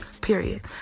period